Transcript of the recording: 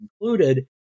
included